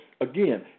again